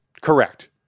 Correct